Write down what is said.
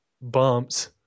bumps